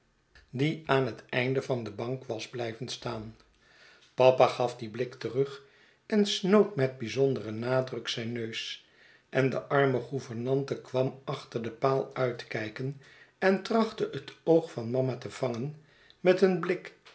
die aan het einde van de bank was blijven staan papa gaf dien blik terug en snoot met bijzonderen nadruk zijn neus en de arme gouvernante kwam achter den paal uitkijken en trachtte het oog van mama te vangen met een blik